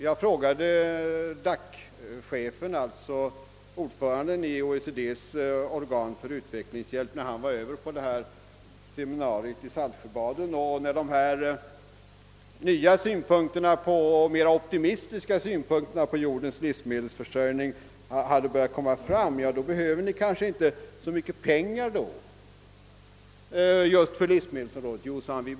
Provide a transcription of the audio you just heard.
| Jag frågade DAC-chefen — alltså ordföranden i OECD:s organ för utvecklingshjälp — när han deltog i det seminarium rörande u-landsfrågor som hölls i Saltsjöbaden, om dessa nya och mera optimistiska synpunkter på jordens livsmedelsförsörjning lett till slutsatsen att det inte kommer att behövas så mycket pengar för livsmedelsområdet.